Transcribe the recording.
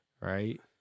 right